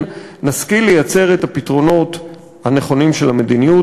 נשכיל לייצר את הפתרונות הנכונים של המדיניות,